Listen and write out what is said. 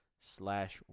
slash